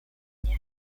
mnie